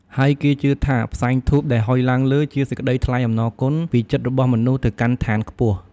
ហើយគេជឿថាផ្សែងធូបដែលហ៊ុយឡើងលើ ជាសេចក្ដីថ្លែងអំណរគុណ ពីចិត្តរបស់មនុស្សទៅកាន់ឋានខ្ពស់។